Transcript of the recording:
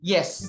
Yes